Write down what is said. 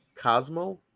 Cosmo